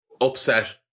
upset